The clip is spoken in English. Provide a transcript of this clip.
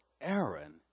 Aaron